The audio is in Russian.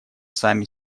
сами